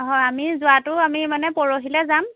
হয় আমি যোৱাটো আমি মানে পৰহিলৈ যাম